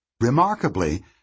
Remarkably